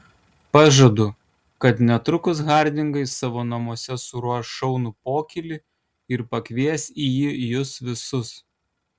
pažadu kad netrukus hardingai savo namuose suruoš šaunų pokylį ir pakvies į jį jus visus